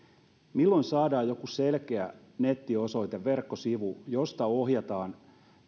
milloin saadaan joku selkeä nettiosoite verkkosivu josta ohjataan